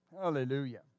Hallelujah